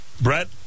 Brett